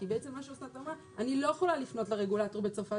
כי בעצם מה שאסנת אמר: אני לא יכולה לפנות לרגולטור ברצפת